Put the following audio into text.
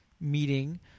meeting